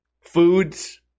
foods